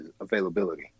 availability